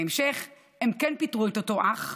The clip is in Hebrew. בהמשך הם כן פיטרו את אותו אח.